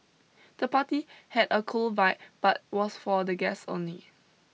the party had a cool vibe but was for the guests only